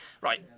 Right